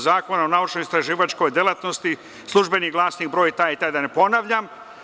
Zakona o naučnoistraživačkoj delatnosti, „Službeni glasnik“ broj taj i taj, da ne ponavljam.